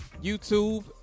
YouTube